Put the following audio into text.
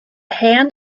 hand